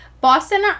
boston